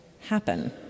happen